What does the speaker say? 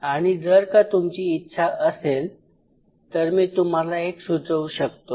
आणि जर का तुमची इच्छा असेल तर मी तुम्हाला एक सुचवू शकतो